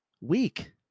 weak